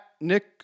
Nick